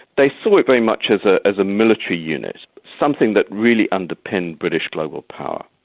they saw it very much as ah as a military unit, something that really underpinned british global power.